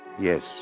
Yes